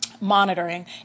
monitoring